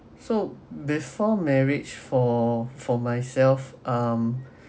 so before marriage for for myself um